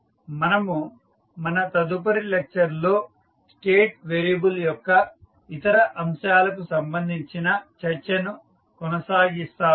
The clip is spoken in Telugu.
మనము మన తదుపరి లెక్చర్ లో స్టేట్ వేరియబుల్ యొక్క ఇతర అంశాలకు సంబంధించిన చర్చను కొనసాగిస్తాము